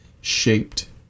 shaped